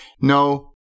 no